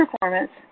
performance